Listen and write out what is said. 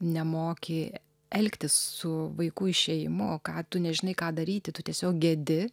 nemoki elgtis su vaiku išėjimu ką tu nežinai ką daryti tu tiesiog gedi